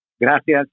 Gracias